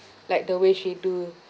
like the way she do